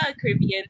Caribbean